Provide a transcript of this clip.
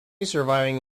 surviving